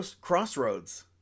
crossroads